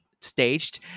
staged